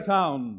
Town